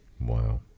wow